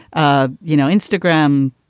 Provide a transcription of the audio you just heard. ah you know, instagram,